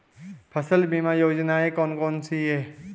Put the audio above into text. फसल बीमा योजनाएँ कौन कौनसी हैं?